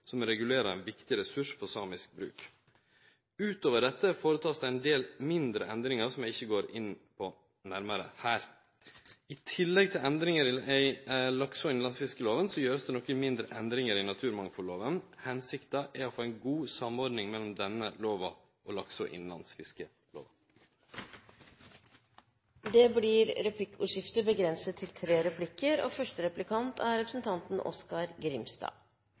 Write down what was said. som regulerer ein viktig ressurs for samisk bruk. Utover dette skjer det ein del mindre endringar som eg ikkje går nærmare inn på her. I tillegg til endringar i lakse- og innlandsfisklova gjer ein nokre mindre endringar i naturmangfaldlova. Hensikta er å få ein god samordning mellom denne lova og